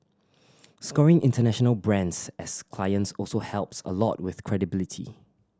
scoring international brands as clients also helps a lot with credibility